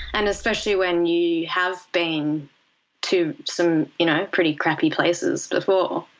and especially when you have been to some you know pretty crappy places before,